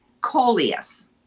Coleus